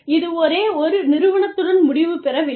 இது ஒரே ஒரு நிறுவனத்துடன் முடிவு பெறவில்லை